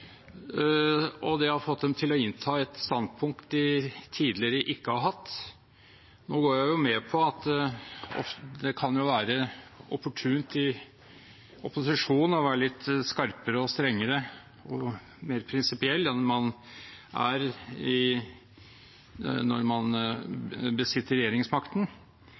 Midtøsten-spørsmål. Det har fått dem til å innta et standpunkt de tidligere ikke har hatt. Nå går jeg med på at det kan være opportunt i opposisjon å være litt skarpere, strengere og mer prinsipiell enn man er når man besitter regjeringsmakten.